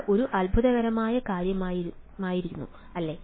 അത് ഒരു അത്ഭുതകരമായ കാര്യമാകുമായിരുന്നു അല്ലേ